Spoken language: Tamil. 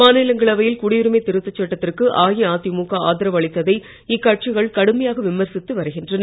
மாநிலங்களவையில் குடியுரிமைத் திருத்த சட்டத்திற்கு அஇஅதிமுக ஆதரவு அளித்ததை இக்கட்சிகள் கடுமையாக விமர்ச்சித்து வருகின்றன